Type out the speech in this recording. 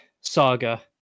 saga